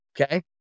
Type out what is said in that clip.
Okay